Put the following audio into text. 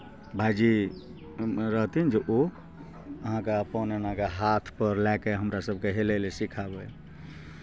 भाइजी रहथिन जे ओ अहाँके अपन एना कऽ हाथपर लए कऽ हमरा सभकेँ हेलै लए सिखाबय